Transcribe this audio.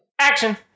Action